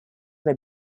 may